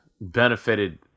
benefited